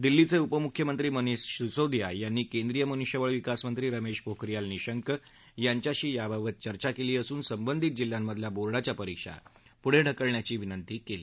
दिल्लीचे उपमुख्यमंत्री मनिष सिसोदिया यांनी केंद्रीय मनुष्यबळ विकासमंत्री स्मेश पोखरियाल निशंक यांच्याशी याबाबत चर्चा केली असून संबंधित जिल्ह्यांमधल्या बोर्डाच्या परीक्षा पुढे ढकलण्याची विनंती केली